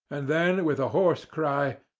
and then, with a hoarse cry,